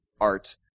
art